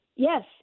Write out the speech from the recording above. Yes